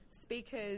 speakers